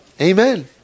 Amen